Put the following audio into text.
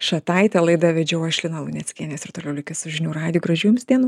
šataitę laidą vedžiau aš lina luneckienė jūs ir toliau likit su žinių radiju gražių jums dienų